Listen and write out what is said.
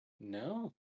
No